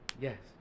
Yes